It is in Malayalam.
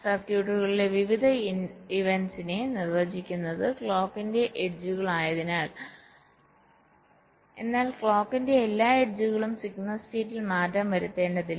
സർക്യൂട്ടുകളിലെ വിവിധ ഇവന്റസിനെ നിർവചിക്കുന്നത് ക്ലോക്കിന്റെ എഡ്ജുകൾ ആയതിനാൽ എന്നാൽ ക്ലോക്കിന്റെ എല്ലാ എഡ്ജുകളും സിഗ്നൽ സ്റ്റേറ്റ്ൽ മാറ്റം വരുത്തേണ്ടതില്ല